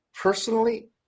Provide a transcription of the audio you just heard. personally